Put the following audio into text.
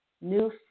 new